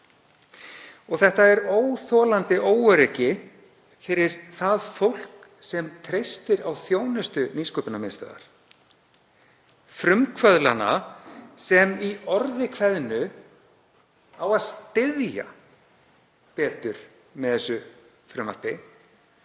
Það er óþolandi óöryggi fyrir það fólk sem treystir á þjónustu nýsköpunarmiðstöðvar, frumkvöðlana sem í orði kveðnu á að styðja betur með þessu frumvarpi.